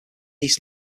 east